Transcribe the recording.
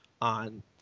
on